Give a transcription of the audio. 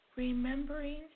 Remembering